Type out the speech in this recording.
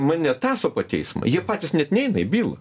mane tąso po teismą jie patys net neina į bylą